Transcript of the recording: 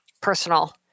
personal